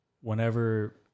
whenever